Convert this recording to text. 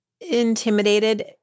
intimidated